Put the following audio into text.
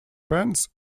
friends